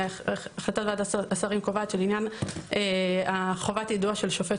החלטת ועדת השרים קובעת שלעניין חובת היידוע של שופט,